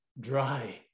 dry